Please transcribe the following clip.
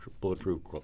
bulletproof